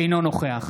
אינו נוכח